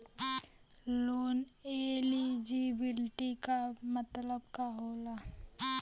Loan eligibility का मतलब का होला?